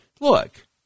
Look